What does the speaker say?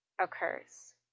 occurs